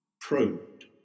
probed